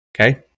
Okay